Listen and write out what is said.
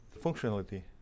functionality